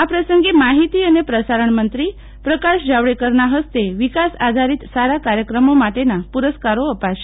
આ પ્રસંગે માહિતી અને પ્રસારણ મંત્રી પ્રકાશ જાવડેકરના હસ્તે વિકાસ આધારીત સારા કાર્યક્રમો માટેના પુરસ્કારો અપાશે